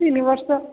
ତିନି ବର୍ଷ